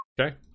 okay